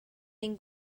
ein